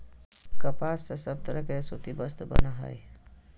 कपास से सब तरह के सूती वस्त्र बनय हय